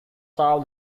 shower